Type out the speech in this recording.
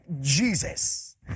Jesus